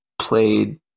played